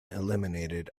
eliminated